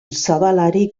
zabalari